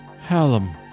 Hallam